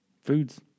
Foods